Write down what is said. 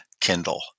Kindle